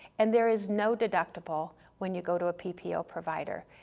and there is no deductible when you go to a ppo ppo provider,